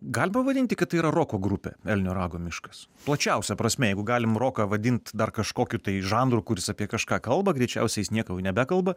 galima vadinti kad tai yra roko grupė elnio rago miškas plačiausia prasme jeigu galime roką vadint dar kažkokiu tai žanro kuris apie kažką kalba greičiausiai jis nieko jau nebekalba